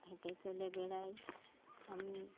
হেঁটে চলে বেড়াই আমি